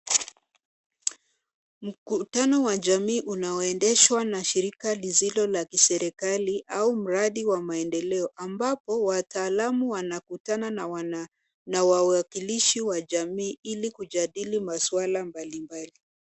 Mkutano wa jamii unaoendeshwa na shirika lisilo la serikali au mradi wa maendeleo ambapo wataalamu wanakutana na wawakilishi wa jamii ili kujadili masuala mbalimbali.